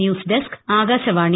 news desk Akashvani